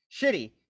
shitty